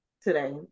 today